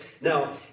Now